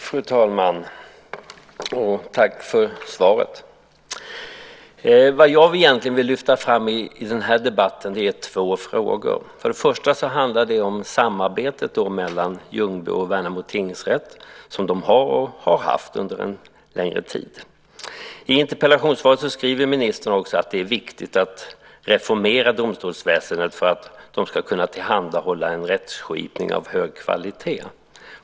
Fru talman! Tack för svaret. Vad jag egentligen vill lyfta fram i den här debatten är två frågor. Den första handlar om det samarbete som Ljungby och Värnamo tingsrätter har och har haft under en längre tid. I interpellationssvaret skriver ministern att det är viktigt att reformera domstolsväsendet för att man ska kunna tillhandahålla en rättskipning av hög kvalitet.